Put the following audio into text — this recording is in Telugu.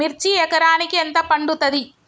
మిర్చి ఎకరానికి ఎంత పండుతది?